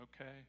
okay